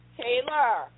Taylor